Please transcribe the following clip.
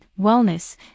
wellness